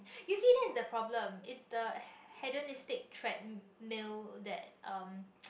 you see that is the problem is the hedonistic threadmill that um